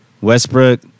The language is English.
Westbrook